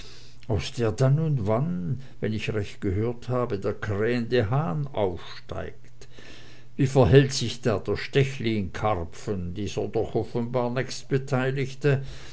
dann und wann wenn ich recht gehört habe der krähende hahn aufsteigt wie verhält sich da der stechlinkarpfen dieser doch offenbar